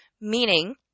Meaning